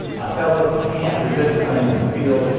a fellow who can't resist playing the field,